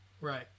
right